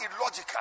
illogical